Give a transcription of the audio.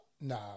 no